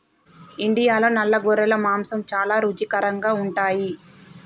ఇండియాలో నల్ల గొర్రెల మాంసం చాలా రుచికరంగా ఉంటాయి